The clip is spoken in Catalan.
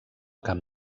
camp